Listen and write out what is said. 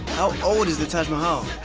how old is the taj mahal?